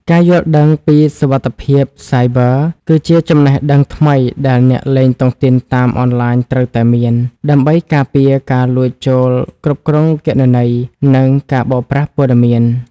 ការយល់ដឹងពី "សុវត្ថិភាពសាយប័រ" គឺជាចំណេះដឹងថ្មីដែលអ្នកលេងតុងទីនតាមអនឡាញត្រូវតែមាន ដើម្បីការពារការលួចចូលគ្រប់គ្រងគណនី និងការបោកប្រាស់ព័ត៌មាន។